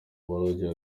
barongera